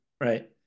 Right